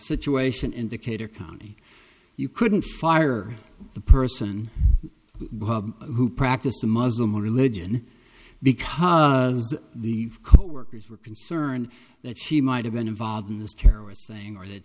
situation in decatur county you couldn't fire the person who practiced the muslim religion because the workers were concerned that she might have been involved in this terrorist saying or that